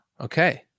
okay